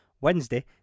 Wednesday